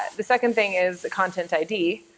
the second thing is content id,